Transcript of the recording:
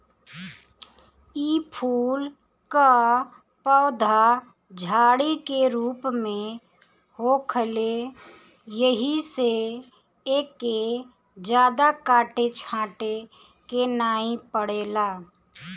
इ फूल कअ पौधा झाड़ी के रूप में होखेला एही से एके जादा काटे छाटे के नाइ पड़ेला